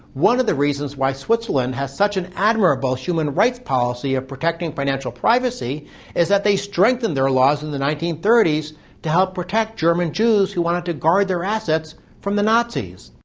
one of the reasons why switzerland has such an admirable human rights policy of protecting financial privacy is that they strengthened their laws in the nineteen thirty s to help protect german jews who wanted to guard their assets from the nazis.